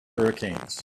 hurricanes